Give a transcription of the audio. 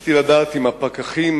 רציתי לדעת אם הפקחים